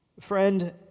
Friend